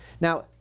Now